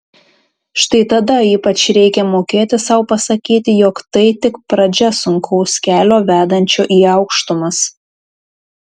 štai tada ypač reikia mokėti sau pasakyti jog tai tik pradžia sunkaus kelio vedančio į aukštumas